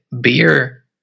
beer